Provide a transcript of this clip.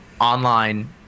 online